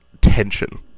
tension